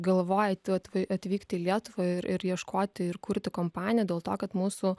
galvoja atv atvykti į lietuvą ir ieškoti ir kurti kompaniją dėl to kad mūsų